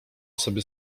sobie